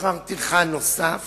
לשכר טרחה נוסף